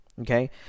Okay